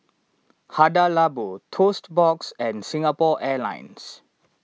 Hada Labo Toast Box and Singapore Airlines